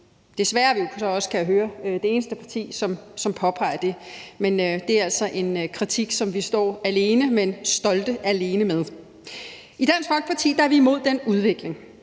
også, kan jeg høre, det eneste parti, som påpeger det, så det er altså en kritik, som vi står alene med, men som vi også står stolte alene med. I Dansk Folkeparti er vi imod den udvikling,